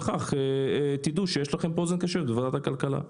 בכך תדעו שיש לכם פה אוזן קשבת בוועדת הכלכלה.